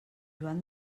joan